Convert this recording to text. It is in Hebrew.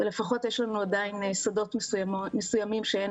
ולפחות יש לנו עדיין שדות מסוימים שאין